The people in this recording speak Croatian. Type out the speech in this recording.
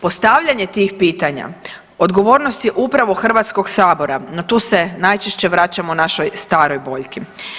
Postavljanje tih pitanja odgovornost je upravo Hrvatskog sabora, no tu se najčešće vraćamo našoj staroj boljki.